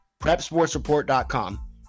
PrepSportsReport.com